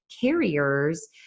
carriers